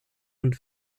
und